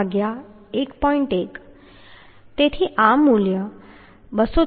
1 છે તેથી આ મૂલ્ય આ 224